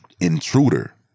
intruder